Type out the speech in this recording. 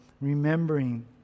remembering